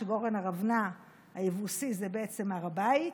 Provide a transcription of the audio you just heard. שגורם ארונה היבוסי זה בעצם הר הבית,